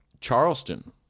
Charleston